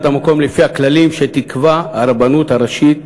המקום לפי הכללים שתקבע הרבנות הראשית,